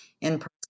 in-person